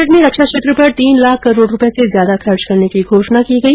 budget में रक्षा क्षेत्र पर तीन लाख करोड़ रूपये से ज्यादा खर्च करने की घोषणा की गई